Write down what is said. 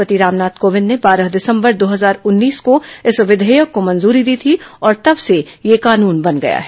राष्ट्रपति रामनाथ कोविंद ने बारह दिसंबर दो हजार उन्नीस को इस विधेयक को मंजूरी दी थी और तब से यह कानून बन गया है